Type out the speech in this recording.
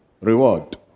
reward